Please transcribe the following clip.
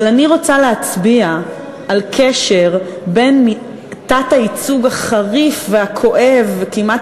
אבל אני רוצה להצביע על קשר בין התת-ייצוג החריף והכואב וכמעט